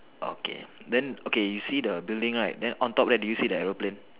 okay then okay you see the building right then on top there do you see the aeroplane